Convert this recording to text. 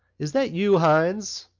is that you, hynes?